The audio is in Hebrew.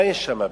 מה יש שם בדיוק?